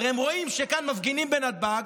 הרי הם רואים שכאן מפגינים בנתב"ג,